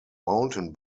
mountain